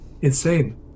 insane